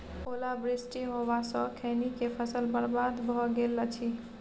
ओला वृष्टी होबा स खैनी के फसल बर्बाद भ गेल अछि?